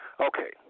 Okay